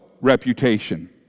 reputation